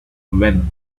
when